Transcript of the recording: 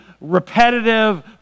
repetitive